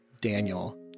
daniel